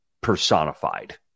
personified